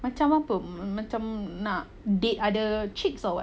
macam apa mm macam nak date other chicks or what